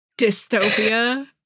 Dystopia